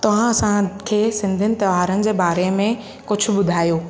तव्हां असांखे सिंधियुनि तहिंवारनि जे बारे में कुझु ॿुधायो